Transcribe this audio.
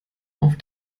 auf